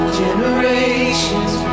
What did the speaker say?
generations